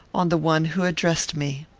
on the one who addressed me.